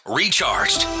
recharged